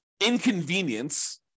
inconvenience